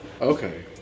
Okay